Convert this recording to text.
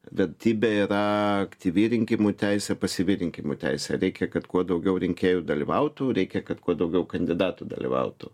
vertybė yra aktyvi rinkimų teisė pasyvi rinkimų teisė reikia kad kuo daugiau rinkėjų dalyvautų reikia kad kuo daugiau kandidatų dalyvautų